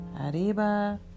arriba